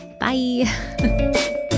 Bye